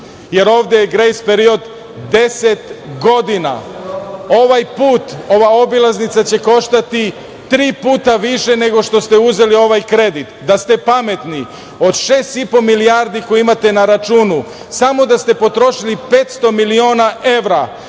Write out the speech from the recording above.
Jer, ovde je grejs period 10 godina. Ovaj put, ova obilaznica će koštati tri puta više nego što ste uzeli ovaj kredit. Da ste pametni, od šest i po milijardi koje imate na računu, samo da ste potrošili 500 miliona evra